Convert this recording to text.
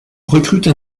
recrute